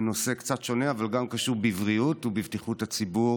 בנושא קצת שונה אבל גם הוא קשור בבריאות ובבטיחות הציבור: